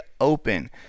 open